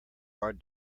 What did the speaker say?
hard